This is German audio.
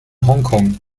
hongkong